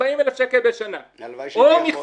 40,000 שקל בשנה -- הלוואי שהייתי יכול.